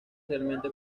realmente